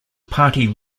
party